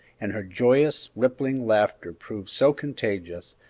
and her joyous, rippling laughter proved so contagious,